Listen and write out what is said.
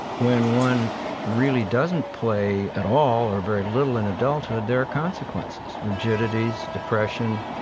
when one really doesn't play at all or very little in adulthood, there are consequences rigidities, depression,